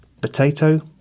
potato